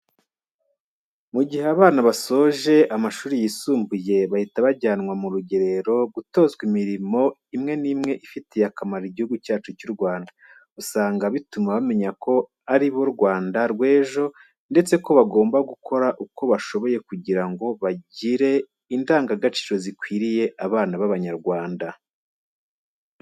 Mu gihe abana basoje amashuri yisumbuye bahita bajyanwa mu rugerero gutozwa imirimo imwe n'imwe ifitiye akamaro Igihugu cyacu cy'u Rwanda, usanga bituma bamenya ko ari bo Rwanda rw'ejo ndetse ko bagomba gukora uko bashoboye kugira ngo bagire indangagaciro zikwiriye abana b'Abanyarwanda.